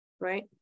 right